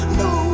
no